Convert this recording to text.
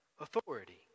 authority